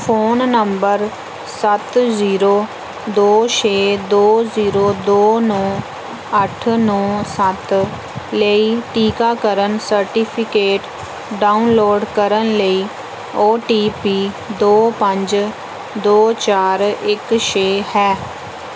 phone number ਸੱਤ zero ਦੋ ਛੇ ਦੋ ਜ਼ੀਰੋ ਦੋ ਨੌਂ ਅੱਠ ਨੌਂ ਸੱਤ ਲਈ ਟੀਕਾਕਰਨ ਸਰਟੀਫਿਕੇਟ ਡਾਊਨਲੋਡ ਕਰਨ ਲਈ ਓ ਟੀ ਪੀ ਦੋ ਪੰਜ ਦੋ ਚਾਰ ਇੱਕ ਛੇ ਹੈ